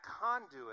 conduit